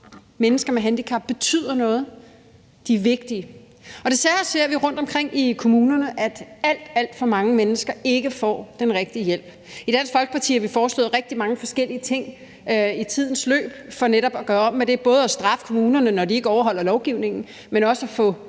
Mennesker med handicap betyder noget, og de er vigtige. Desværre ser vi jo rundtomkring i kommunerne, at alt, alt for mange mennesker ikke får den rigtige hjælp. I Dansk Folkeparti har vi i tidens løb foreslået rigtig mange forskellige ting for netop at gøre op med det, altså både at straffe kommunerne, når de ikke overholder lovgivningen, men også at få